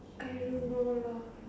I don't know lah